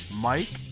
Mike